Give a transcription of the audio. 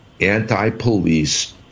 anti-police